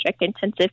intensive